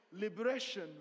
liberation